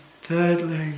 thirdly